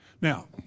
Now